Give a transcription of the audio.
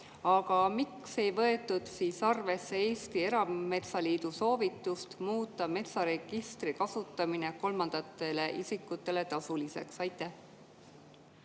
Aga miks ei võetud arvesse Eesti Erametsaliidu soovitust muuta metsaregistri kasutamine kolmandatele isikutele tasuliseks? Aitäh!